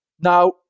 Now